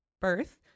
birth